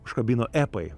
užkabino epai